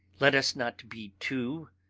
let us not be two,